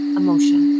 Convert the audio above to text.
emotion